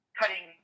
cutting